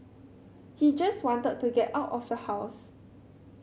he just wanted to get out of the house